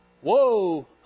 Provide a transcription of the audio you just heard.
Whoa